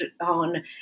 on